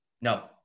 no